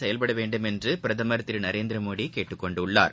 செயல்பட வேண்டும் என்று பிரதமர் திரு நரேந்திரமோடி கேட்டுக்கொண்டுள்ளார்